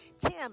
Tim